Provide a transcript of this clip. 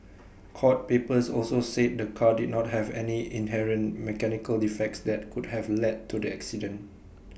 court papers also said the car did not have any inherent mechanical defects that could have led to the accident